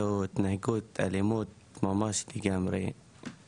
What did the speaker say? היה התנהגות אלימות ממש לגמרי,